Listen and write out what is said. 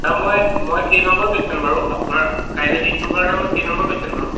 sir মই মই কেই নম্বৰ পেচেণ্ট বাৰু আপোনাৰ কাইলৈ দিনটোৰ কাৰণে মই কেই নম্বৰ পেচেণ্ট হ'ম